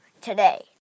today